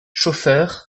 chauffeur